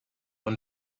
when